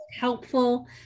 helpful